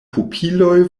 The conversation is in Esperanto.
pupiloj